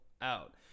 out